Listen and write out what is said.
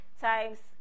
times